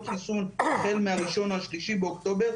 חיסון החל מה-1 במארס עד ה-3 באוקטובר,